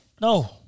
No